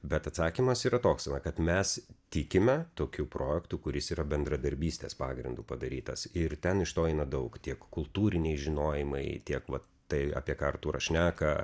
bet atsakymas yra toks va kad mes tikime tokiu projektu kuris yra bendradarbystės pagrindu padarytas ir ten iš to eina daug tiek kultūriniai žinojimai tiek vat tai apie ką artūras šneka